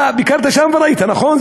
אתה ביקרת שם וראית, נכון?